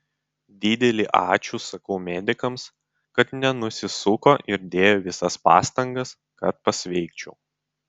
didelį ačiū sakau medikams kad nenusisuko ir dėjo visas pastangas kad pasveikčiau